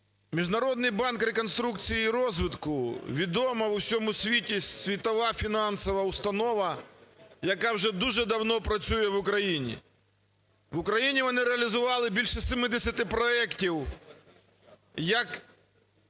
Міжнародний банк реконструкції і розвитку – відома в усьому світі світова фінансова установа, яка вже дуже давно працює в Україні. В Україні вони реалізували більше 70 проектів як